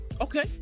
Okay